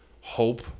hope